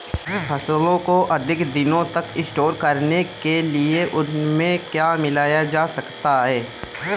फसलों को अधिक दिनों तक स्टोर करने के लिए उनमें क्या मिलाया जा सकता है?